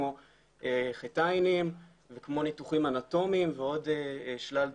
כמו ח"ע וכמו ניתוחים אנטומיים ועוד שלל דברים.